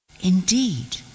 Indeed